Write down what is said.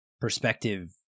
perspective